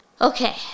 Okay